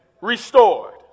restored